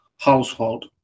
household